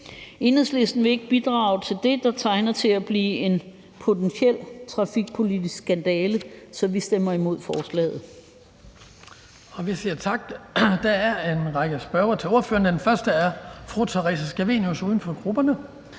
Enhedslisten vil ikke bidrage til det, der tegner til at blive en potentiel trafikpolitisk skandale, så vi stemmer imod forslaget. Kl. 18:52 Den fg. formand (Hans Kristian Skibby): Vi siger tak. Der er en række spørgere til ordføreren. Den første er fru Theresa Scavenius, uden for grupperne.